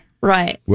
Right